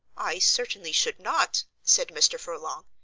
i certainly should not, said mr. furlong,